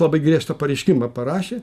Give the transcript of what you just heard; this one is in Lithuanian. labai griežtą pareiškimą parašė